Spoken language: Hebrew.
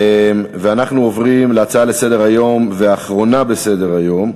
אנחנו עוברים לנושא האחרון בסדר-היום: